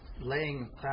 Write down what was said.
laying